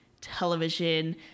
television